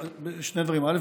שני דברים: א.